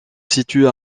situe